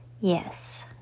Yes